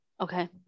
Okay